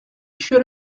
should